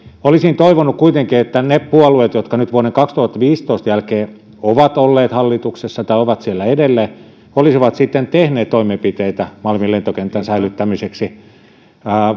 olisin toivonut kuitenkin että ne puolueet jotka vuoden kaksituhattaviisitoista jälkeen ovat olleet hallituksessa tai ovat siellä edelleen olisivat tehneet toimenpiteitä malmin lentokentän säilyttämiseksi